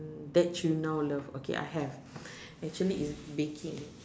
that you now love okay I have actually is baking